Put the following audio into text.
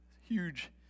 huge